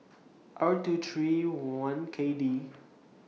R two three one K D